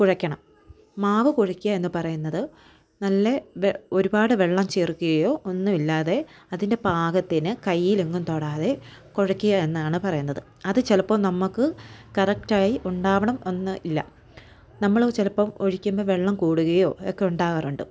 കുഴയ്ക്കണം മാവ് കുഴയ്ക്കുക എന്ന് പറയുന്നത് നല്ല ഒരുപാട് വെള്ളം ചേർക്കുകയോ ഒന്നുമില്ലാതെ അതിൻ്റെ പാകത്തിന് കയ്യിലെങ്ങും തൊടാതെ കുഴയ്ക്കുക എന്നാണ് പറയുന്നത് അത് ചിലപ്പോൾ നമുക്ക് കറക്റ്റ് ആയി ഉണ്ടാവണം എന്നില്ല നമ്മൾ ചിലപ്പോൾ ഒഴിക്കുമ്പോൾ വെള്ളം കൂടുകയോ ഒക്കെ ഉണ്ടാകാറുണ്ട്